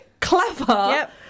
clever